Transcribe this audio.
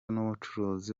n’ubucuruzi